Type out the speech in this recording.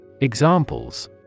Examples